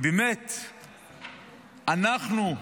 באמת אנחנו,